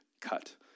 cut